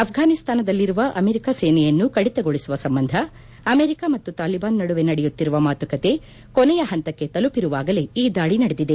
ಅಫ್ಲಾನಿಸ್ಸಾನದಲ್ಲಿರುವ America ಸೇನೆಯನ್ನು ಕಡಿತಗೊಳಿಸುವ ಸಂಬಂಧ ಅಮೆರಿಕ ಮತ್ತು ತಾಲಿಬಾನ್ ನಡುವೆ ನಡೆಯುತ್ತಿರುವ ಮಾತುಕತೆ ಕೊನೆಯ ಹಂತಕ್ಕೆ ತಲುಪಿರುವಾಗಲೇ ಈ ದಾಳಿ ನಡೆದಿದೆ